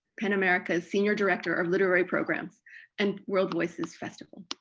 pen america's senior director of literary programs and world voices festival.